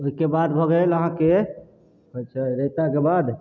ओहिकेबाद भऽ गेल अहाँके कहै छै राइताके बाद